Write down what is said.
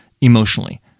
emotionally